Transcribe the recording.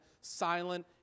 silent